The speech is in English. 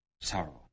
sorrow